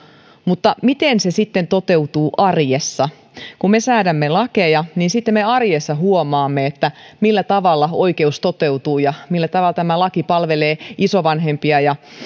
mutta miten se sitten toteutuu arjessa kun me säädämme lakeja niin sitten arjessa huomaamme millä tavalla oikeus toteutuu ja millä tavalla tämä laki palvelee isovanhempia